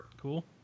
Cool